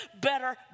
better